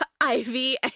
Ivy